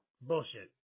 Bullshit